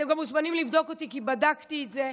אתם גם מוזמנים לבדוק אותי, כי בדקתי את זה.